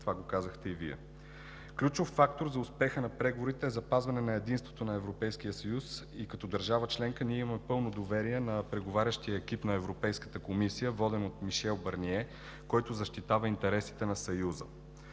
това го казахте и Вие. Ключов фактор за успеха на преговорите е запазване на единството на Европейския съюз и като държава членка ние имаме пълно доверие на преговарящия екип на Европейската комисия, воден от Мишел Барние, който защитава интересите на Съюза.